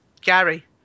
Gary